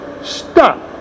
Stop